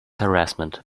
harassment